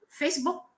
facebook